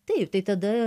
taip tai tada